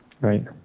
Right